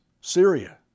Syria